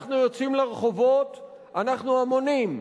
שכשאנחנו יוצאים לרחובות אנחנו המונים,